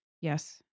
yes